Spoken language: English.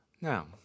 Now